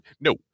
no